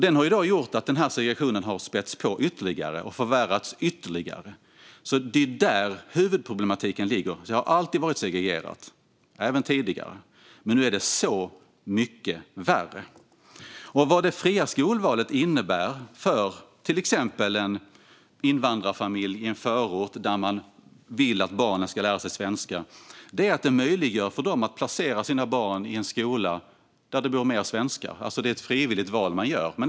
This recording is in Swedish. Den har gjort att segregationen har spätts på och förvärrats ytterligare. Det är där huvudproblematiken ligger. Det har alltid varit segregerat, även tidigare, men nu är det så mycket värre. Vad det fria skolvalet innebär, till exempel för en invandrarfamilj i en förort som vill att barnen ska lära sig svenska, är en möjlighet för dem att placera sina barn i en skola där det går fler svenskar. Det är ett frivilligt val man gör.